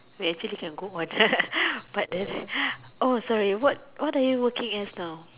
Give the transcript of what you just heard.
wait actually can book one but sorry what what are you working as now